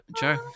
Joe